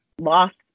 lost